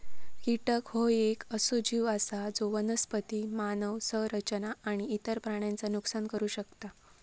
कीटक ह्यो येक असो जीव आसा जो वनस्पती, मानव संरचना आणि इतर प्राण्यांचा नुकसान करू शकता